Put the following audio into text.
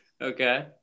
okay